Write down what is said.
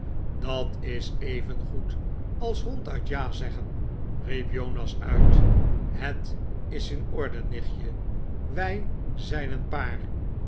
dat is evengoed als ronduit ja zeggen riep jonas uit het is in orde nichtje wij zijn een paar